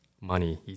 money